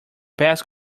best